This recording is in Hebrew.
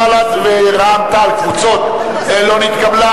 בל"ד ורע"ם-תע"ל לא נתקבלה.